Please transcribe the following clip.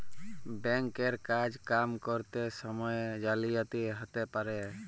bank এর কাজ কাম ক্যরত সময়ে জালিয়াতি হ্যতে পারে